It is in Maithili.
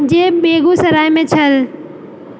जे बेगूसरायमे छल